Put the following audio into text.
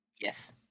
Yes